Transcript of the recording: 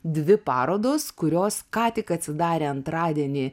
dvi parodos kurios ką tik atsidarė antradienį